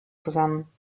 zusammen